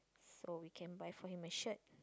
so we can buy for him a shirt